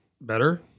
better